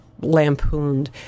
lampooned